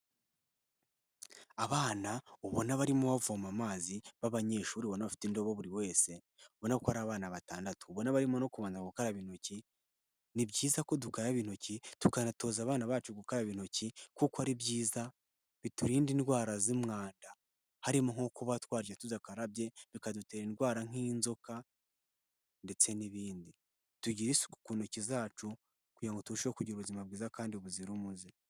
Abana ubona barimo bavoma amazi b'abanyeshuri ubona bafite indobo buri wese, ubona ko ari abana batandatu, ubona ko barimo no kubanza gukaraba intoki, ni byiza ko dukaraba intoki tukanatoza abana bacu gukaraba intoki, kuko ari byiza, biturinda indwara z'umwanda, harimo nko kuba twarya tudakarabye, bikadutera indwara nk'inzoka ndetse n'ibindi, tugira isuku ku ntoki zacu, kugira ngo turusheho kugira ubuzima bwiza kandi buzira umuze.